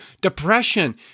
depression